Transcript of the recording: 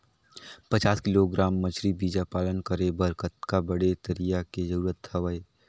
पचास किलोग्राम मछरी बीजा पालन करे बर कतका बड़े तरिया के जरूरत हवय?